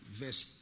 verse